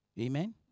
Amen